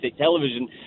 television